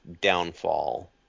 downfall